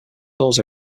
tours